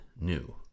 new